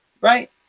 right